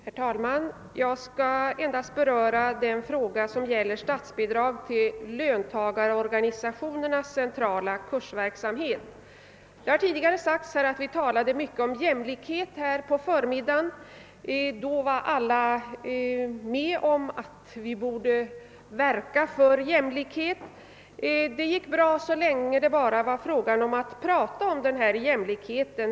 Herr talman! Jag skall endast beröra den fråga som gäller statsbidrag till löntagarorganisationernas centrala kursverksamhet. Det har tidigare sagts att vi talat mycket om jämlikhet här på förmiddagen. Då var alla med om att vi borde verka för jämlikhet. Det gick bra så länge det bara var fråga om att prata om denna jämlikhet.